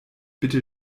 bitte